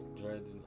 dreads